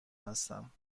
هستم